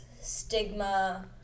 stigma